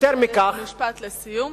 משפט לסיום.